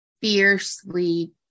fiercely